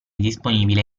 disponibile